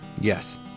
Yes